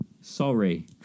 sorry